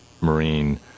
Marine